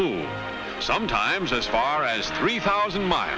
moved sometimes as far as three thousand miles